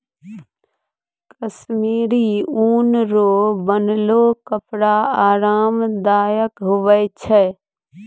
कश्मीरी ऊन रो बनलो कपड़ा आराम दायक हुवै छै